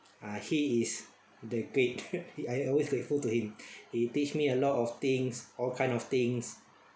ah he is the great I always grateful to him he teach me a lot of things all kind of things